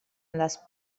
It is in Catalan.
les